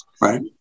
Right